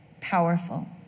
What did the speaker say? powerful